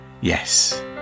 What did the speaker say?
Yes